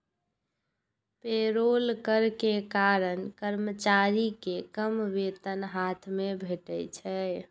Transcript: payroll कर के कारण कर्मचारी कें कम वेतन हाथ मे भेटै छै